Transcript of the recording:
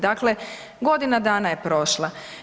Dakle, godina dana je prošla.